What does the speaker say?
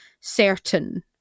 certain